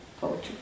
poetry